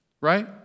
Right